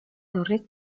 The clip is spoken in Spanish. torres